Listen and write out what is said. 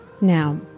Now